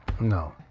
no